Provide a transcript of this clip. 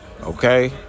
Okay